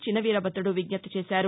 చిన వీరభద్రుడు విజ్జప్తి చేశారు